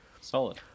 Solid